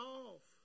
off